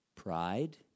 Pride